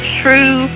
true